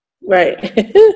Right